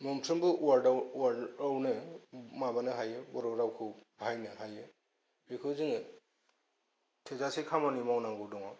मोनफ्रोमबो वार्दाव आवनो माबानो हायो बर'रावखौ बाहायनो हायो बिखौ जोङो थोजासे खामानि मावनांगौ दंङ